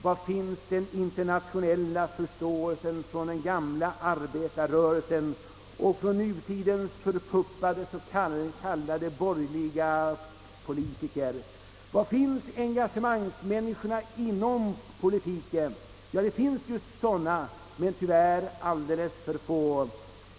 Var finns den internationella förståelsen hos den gamla arbetarrörelsen och hos nutidens förpuppade s.k. borgerliga politiker? Var finns engagemangsmänniskorna inom politiken — ja det finns sådana, men tyvärr alldeles för få.